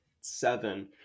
seven